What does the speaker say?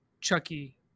chucky